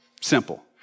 Simple